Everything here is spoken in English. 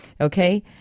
Okay